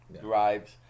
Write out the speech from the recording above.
Drives